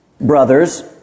Brothers